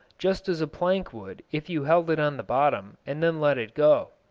just as a plank would if you held it on the bottom and then let it go.